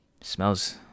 smells